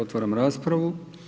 Otvaram raspravu.